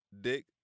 dick